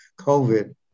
COVID